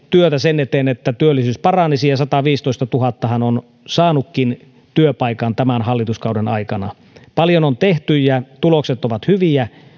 työtä sen eteen että työllisyys paranisi ja sataviisitoistatuhattahan on saanutkin työpaikan tämän hallituskauden aikana paljon on tehty ja tulokset ovat hyviä